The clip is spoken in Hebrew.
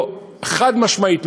חד-משמעית,